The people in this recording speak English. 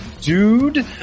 dude